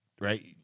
right